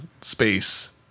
space